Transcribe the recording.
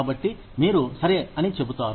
కాబట్టి మీరు సరే అని చెబుతారు